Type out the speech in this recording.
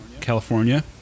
California